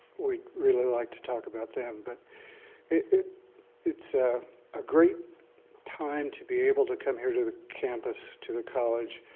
we'd really like to talk about them. but it's it's ah a great time to be able to come here to the campus, to the college,